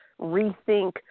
rethink